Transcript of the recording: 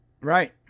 Right